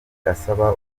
asaba